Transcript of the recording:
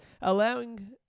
allowing